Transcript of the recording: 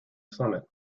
summit